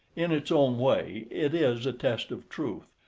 in its own way it is a test of truth,